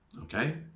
okay